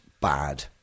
bad